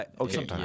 Okay